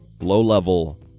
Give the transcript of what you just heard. low-level